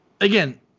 Again